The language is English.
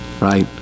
right